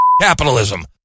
capitalism